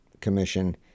Commission